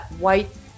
white